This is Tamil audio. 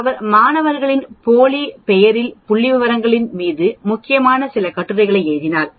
அவர் மாணவர்களின் போலி பெயரில் புள்ளிவிவரங்களில் மிக முக்கியமான சில கட்டுரைகளை எழுதினார்